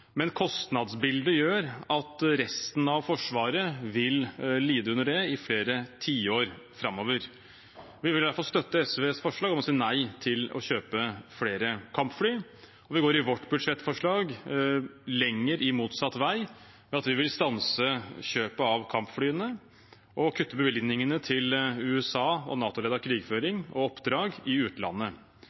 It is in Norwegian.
men kostnadsbildet gjør at resten av Forsvaret vil lide under det i flere tiår framover. Vi vil derfor støtte SVs forslag om å si nei til å kjøpe flere kampfly. Vi går i vårt budsjettforslag lenger motsatt vei ved at vi vil stanse kjøpet av kampflyene og kutte bevilgningene til USA- og NATO-ledet krigføring og oppdrag i utlandet.